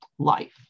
life